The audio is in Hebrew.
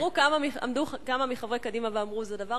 עמדו כמה מחברי קדימה ואמרו שזה דבר